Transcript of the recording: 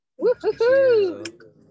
Woohoo